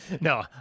No